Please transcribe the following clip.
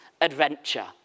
adventure